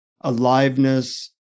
aliveness